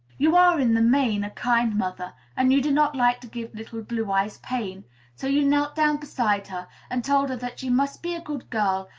you are in the main a kind mother, and you do not like to give little blue eyes pain so you knelt down beside her, and told her that she must be a good girl,